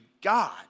God